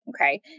okay